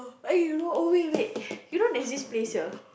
eh you know oh wait wait you know there's this place here